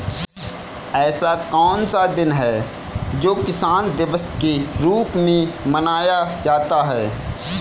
ऐसा कौन सा दिन है जो किसान दिवस के रूप में मनाया जाता है?